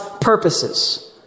purposes